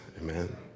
amen